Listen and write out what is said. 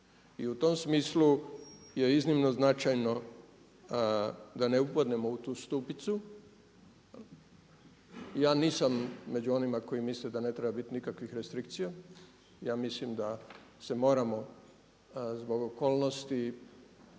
I u tom smislu je iznimno značajno da ne upadnemo u tu stupicu. Ja nisam među onima koji misle da ne treba biti nikakvih restrikcija, ja mislim da se moramo zbog okolnosti,